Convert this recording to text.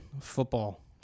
football